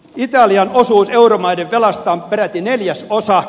italian osuus euromaiden velasta on peräti neljäsosa